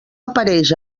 apareix